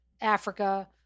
Africa